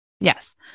Yes